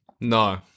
No